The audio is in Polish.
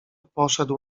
poszedł